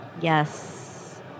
Yes